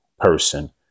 person